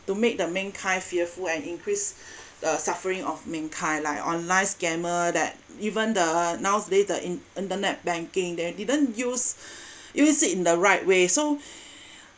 to make the mankind fearful and increase uh suffering of mankind like online scammer that even the nowadays the in~ internet banking that didn't use use it in the right way so